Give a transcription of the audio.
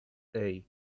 hey